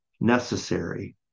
necessary